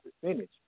percentage